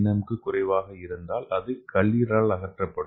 M க்கும் குறைவாக இருந்தால் அது கல்லீரலால் அகற்றப்படும்